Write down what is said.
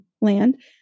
land